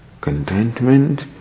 Contentment